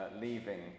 leaving